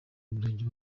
umurenge